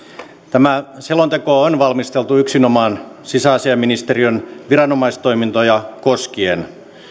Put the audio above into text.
tämä selonteko on valmisteltu yksinomaan sisäasiainministeriön viranomaistoimintoja koskien